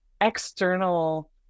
external